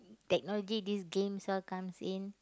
technology this games all comes in